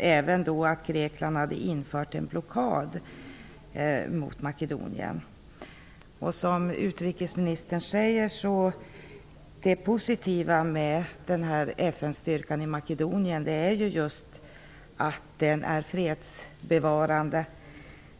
att Som utrikesministern säger, är det positiva med FN-styrkan i Makedonien att den är just fredsbevarande.